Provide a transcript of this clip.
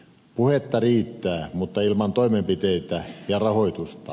puhetta riittää mutta ilman toimenpiteitä ja rahoitusta